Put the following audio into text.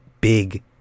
big